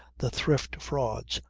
the thrift frauds.